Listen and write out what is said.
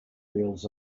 reels